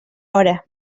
hora